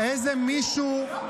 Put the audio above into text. --- לא מילים.